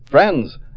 Friends